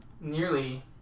nearly